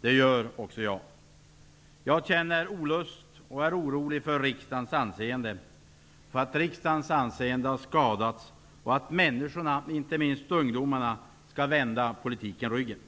Det gör också jag. Jag känner olust och är orolig för att riksdagens anseende har skadats och att människorna, inte minst ungdomarna, skall vända politiken ryggen.